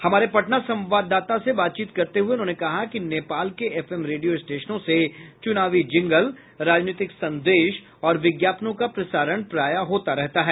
हमारे पटना संवाददाता से बातचीत करते हुए उन्होंने कहा कि नेपाल के एफएम रेडियो स्टेशनों से चुनावी जिंगल राजनीतिक संदेश और विज्ञापनों का प्रसारण प्रायः होता रहता है